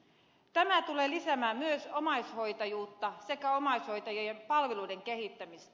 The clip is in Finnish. tämä tulee lisäämään myös omaishoitajuutta sekä omaishoitajien palveluiden kehittämistä